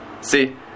see